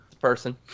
person